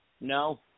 No